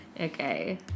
Okay